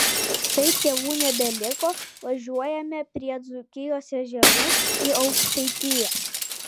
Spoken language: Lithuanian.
kai tėvų nebeliko važiuojame prie dzūkijos ežerų į aukštaitiją